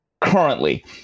currently